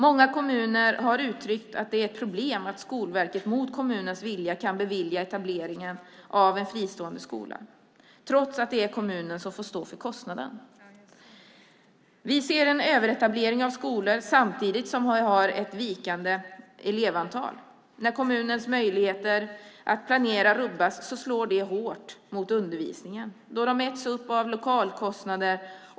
Många kommuner har uttryckt att det är ett problem att Skolverket mot kommunens vilja kan bevilja etablering av en fristående skola trots att det är kommunen som får stå för kostnaden. Vi ser en överetablering av skolor samtidigt som vi har ett vikande elevantal. När kommunens möjlighet att planera rubbas slår det hårt mot undervisningen, då resurserna äts upp av lokalkostnader.